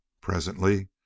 Presently